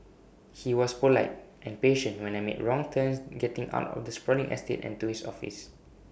he was polite and patient when I made wrong turns getting out of the sprawling estate and to his office